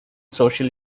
social